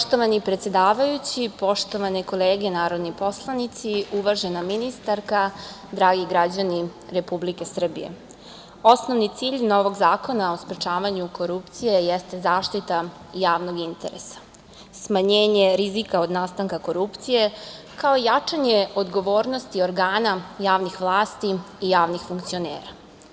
Poštovani predsedavajući, poštovane kolege narodni poslanici, uvažena ministarka, dragi građani Republike Srbije, osnovni cilj novog Zakona o sprečavanju korupcije jeste zaštita javnog interesa, smanjenje rizika od nastanka korupcije, kao i jačanje odgovornosti organa javnih vlasti i javnih funkcionera.